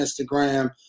Instagram